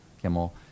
Kimmel